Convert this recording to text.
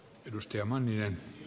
arvoisa puhemies